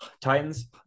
titans